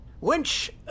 Winch